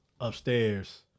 upstairs